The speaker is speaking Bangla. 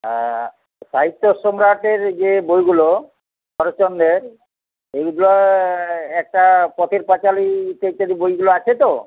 হ্যাঁ সাহিত্য সম্রাটের যে বইগুলো শরৎচন্দ্রের এইগুলা একটা পথের পাঁচালী চৈতালী বইগুলো আছে তো